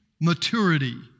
maturity